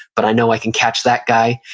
but i know i can catch that guy,